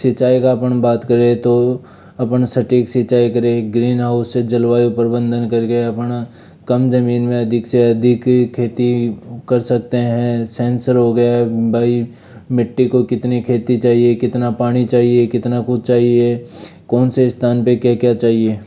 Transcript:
सिंचाई का अपन बात करें तो अपन सटीक सिंचाई करें एक ग्रीन हाउस से जलवायु प्रबंधन करके अपना कम जमीन में अधिक से अधिक खेती कर सकते हैं सेंसर हो गया बाई मिट्टी को कितनी खेती चाहिए कितना पानी चाहिए कितना कुछ चाहिए कौन से स्थान पर क्या क्या चाहिए